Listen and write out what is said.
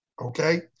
okay